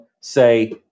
say